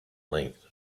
length